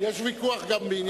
יש ויכוח גם על זה.